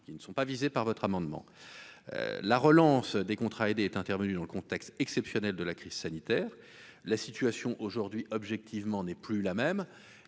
qui ne sont pas visés par votre amendement la relance des contrats aidés est intervenue dans le contexte exceptionnel de la crise sanitaire, la situation aujourd'hui objectivement n'est plus la même